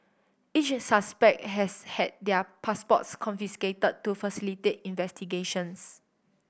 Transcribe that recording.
each suspect has had their passports confiscated to facilitate investigations